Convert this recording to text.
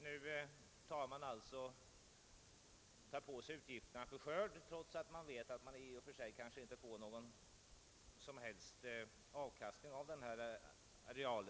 Nu tar man alltså på sig utgifterna för sådd trots att man i och för sig vet att man inte får någon som helst avkastning av denna areal.